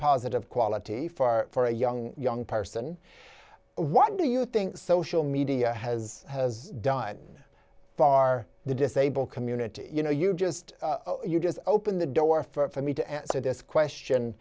positive quality for a young young person what do you think social media has has died far the disabled community you know you just you just open the door for me to answer this question